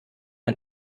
man